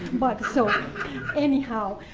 but so anyhow,